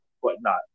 whatnot